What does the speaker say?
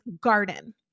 garden